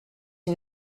une